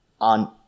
on